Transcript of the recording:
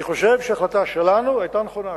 אני חושב שההחלטה שלנו היתה נכונה,